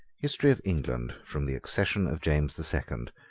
history of england from the accession of james the second